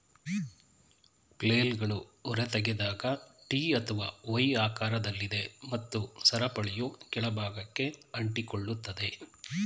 ಫ್ಲೇಲ್ಗಳು ಹೊರತೆಗೆದಾಗ ಟಿ ಅಥವಾ ವೈ ಆಕಾರದಲ್ಲಿದೆ ಮತ್ತು ಸರಪಳಿಯು ಕೆಳ ಭಾಗಕ್ಕೆ ಅಂಟಿಕೊಳ್ಳುತ್ತದೆ